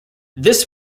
this